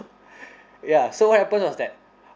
ya so what happened was that